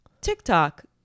TikTok